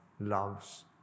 loves